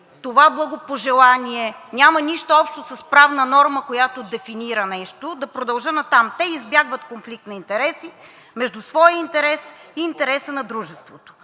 това благопожелание няма нищо общо с правна норма, която дефинира нещо. Да продължа натам – „те избягват конфликт на интереси между своя интерес и интереса на дружеството,